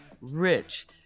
rich